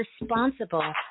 responsible